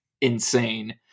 insane